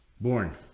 born